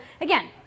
again